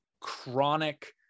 chronic